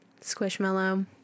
squishmallow